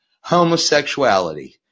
Homosexuality